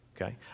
Okay